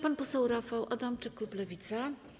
Pan poseł Rafał Adamczyk, klub Lewica.